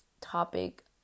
topic